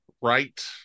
right